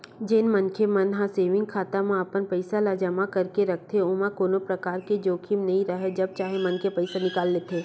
जेन मनखे मन ह सेंविग खाता म अपन पइसा ल जमा करके रखथे ओमा कोनो परकार के जोखिम नइ राहय जब चाहे मनखे पइसा निकाल लेथे